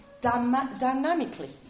dynamically